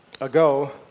ago